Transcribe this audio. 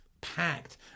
packed